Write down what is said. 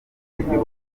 y’igihugu